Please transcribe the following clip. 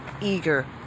eager